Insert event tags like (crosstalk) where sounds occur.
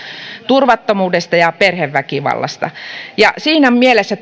turvattomuudesta ja perheväkivallasta siinä mielessä (unintelligible)